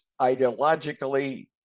ideologically